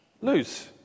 lose